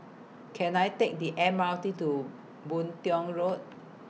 Can I Take The M R T to Boon Tiong Road